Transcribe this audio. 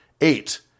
eight